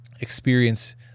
experience